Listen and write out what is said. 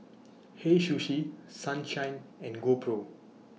Hei Sushi Sunshine and GoPro